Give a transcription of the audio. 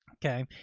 okay.